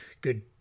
good